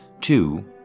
Two